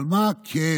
אבל מה כן?